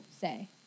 say